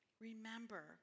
remember